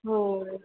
हो